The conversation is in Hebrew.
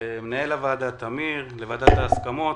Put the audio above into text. למנהל הוועדה, טמיר, לוועדת ההסכמות,